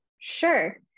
Sure